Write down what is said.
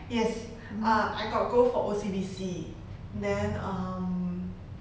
yes uh I got go for O_C_B_C then um